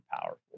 powerful